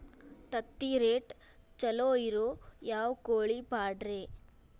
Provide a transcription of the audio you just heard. ತತ್ತಿರೇಟ್ ಛಲೋ ಇರೋ ಯಾವ್ ಕೋಳಿ ಪಾಡ್ರೇ?